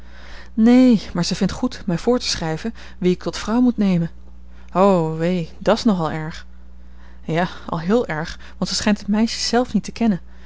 neen maar zij vindt goed mij voor te schrijven wie ik tot vrouw moet nemen o wee dat's nogal erg ja al heel erg want zij schijnt het meisje zelve niet te kennen